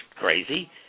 crazy